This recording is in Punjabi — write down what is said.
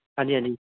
ਹਾਂਜੀ ਹਾਂਜੀ